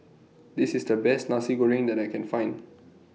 This IS The Best Nasi Goreng that I Can Find